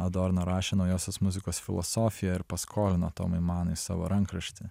adorno rašė naujosios muzikos filosofiją ir paskolino tomui manui savo rankraštį